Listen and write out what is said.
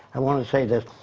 i wanna say this.